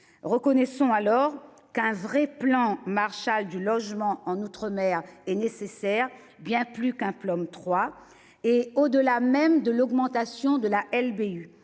reconnaissons alors qu'un vrai plan Marshall du logement en outre-mer est nécessaire, bien plus qu'un plan 3 et au-delà même de l'augmentation de la LBU